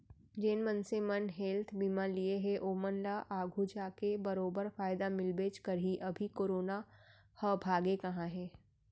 जेन मनसे मन हेल्थ बीमा लिये हें ओमन ल आघु जाके बरोबर फायदा मिलबेच करही, अभी करोना ह भागे कहॉं हे?